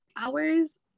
hours